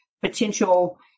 potential